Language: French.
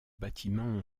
bâtiments